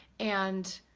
and,